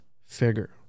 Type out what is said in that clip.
figure